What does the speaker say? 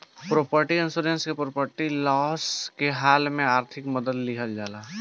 property insurance से property loss के हाल में आर्थिक मदद लीहल जाला